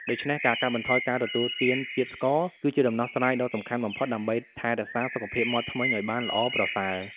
ដូច្នេះការកាត់បន្ថយការទទួលទានជាតិស្ករគឺជាដំណោះស្រាយដ៏សំខាន់បំផុត ដើម្បីថែរក្សាសុខភាពមាត់ធ្មេញឱ្យបានល្អប្រសើរ។